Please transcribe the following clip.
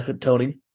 Tony